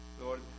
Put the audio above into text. Lord